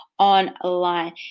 online